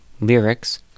lyrics